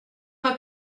pas